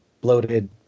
bloated